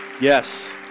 yes